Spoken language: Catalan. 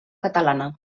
catalana